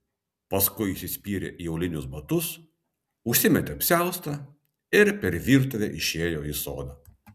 paskui įsispyrė į aulinius batus užsimetė apsiaustą ir per virtuvę išėjo į sodą